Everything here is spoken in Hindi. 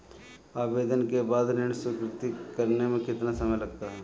आवेदन के बाद ऋण स्वीकृत करने में कितना समय लगता है?